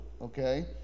okay